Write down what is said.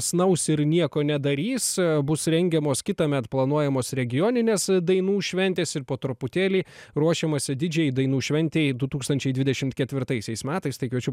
snaus ir nieko nedarys bus rengiamos kitąmet planuojamos regioninės dainų šventės ir po truputėlį ruošiamasi didžiajai dainų šventei du tūkstančiai dvidešimt ketvirtaisiais metais tai kviečiu